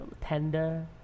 tender